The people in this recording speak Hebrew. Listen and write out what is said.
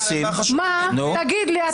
תגיד לי.